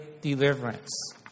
deliverance